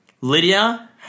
Lydia